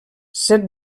set